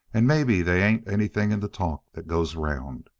and maybe they ain't anything in the talk that goes around.